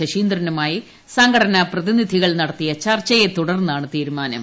ശശീന്ദ്രനുമായി സംഘടനാ പ്രതിനിധികൾ നടത്തിയ ചർച്ചയെ തുടർന്നാണ് തീരുമാനു